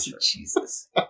Jesus